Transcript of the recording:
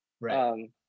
Right